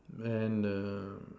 and err